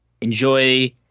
Enjoy